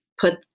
put